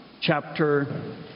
chapter